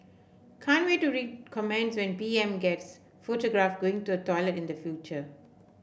can't wait to read comments when P M gets photographed going to toilet in the future